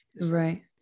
Right